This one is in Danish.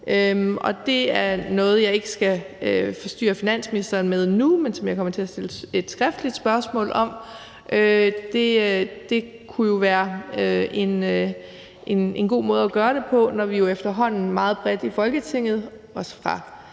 Det er noget, jeg ikke skal forstyrre finansministeren med nu, men som jeg kommer til at stille et skriftligt spørgsmål om. Det kunne jo være en god måde at gøre det på, når vi nu efterhånden meget bredt i Folketinget, også fra